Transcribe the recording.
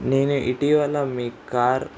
నేను ఇటీవల మీ కార్